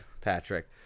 Patrick